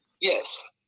yes